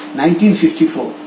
1954